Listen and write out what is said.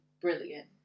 brilliant